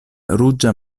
ruĝa